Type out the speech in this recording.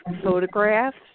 photographs